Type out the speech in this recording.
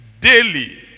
daily